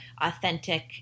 authentic